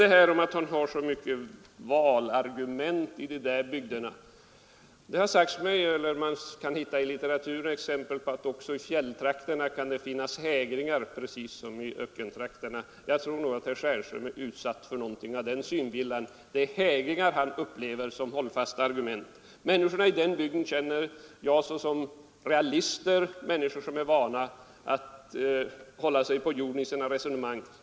Beträffande frågan om hur mycket valargument man har i herr Stjernströms bygder vill jag påpeka, att det i litteraturen kan läsas om att det i fjälltrakterna precis som i ökenregionerna kan förekomma hägringar. Jag tror att herr Stjernström är offer för någon liknande form av synvilla — det är hägringar han upplever som hållfasta argument. Jag känner människorna i den aktuella bygden som realister, som är vana att hålla sig på jorden i sina resonemang.